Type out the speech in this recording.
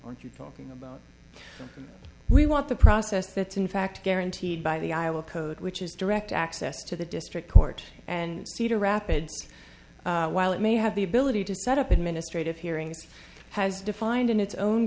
want you talking about we want the process that in fact guaranteed by the iowa code which is direct access to the district court and cedar rapids while it may have the ability to set up administrative hearings has defined in its own